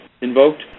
invoked